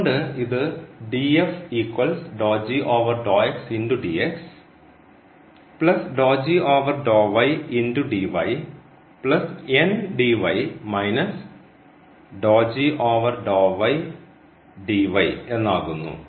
അതുകൊണ്ട് ഇത് എന്നാകുന്നു